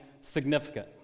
significant